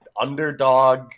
underdog